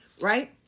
right